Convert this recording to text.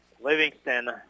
Livingston